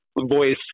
voice